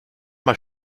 mal